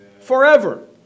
forever